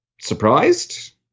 surprised